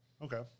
Okay